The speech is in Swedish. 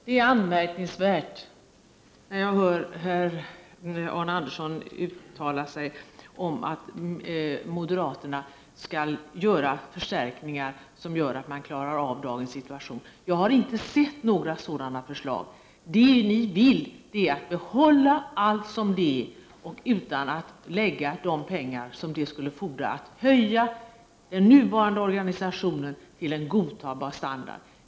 Herr talman! Det som Arne Andersson i Ljung uttalar om att moderaterna skall göra förstärkningar som leder till att dagens situation klaras av är anmärkningsvärt. Jag har inte sett några sådana förslag. Moderaterna vill behålla allt som det är utan att tillföra de pengar som skulle behövas för att förbättra den nuvarande organisationen så att standarden blir godtagbar.